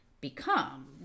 become